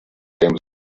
came